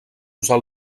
usar